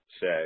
say